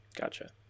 Gotcha